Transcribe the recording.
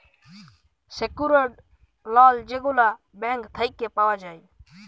secured লল যেগলা bank থ্যাইকে পাউয়া যায়